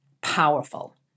Powerful